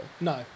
No